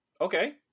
Okay